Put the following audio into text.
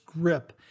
grip